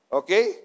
okay